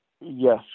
Yes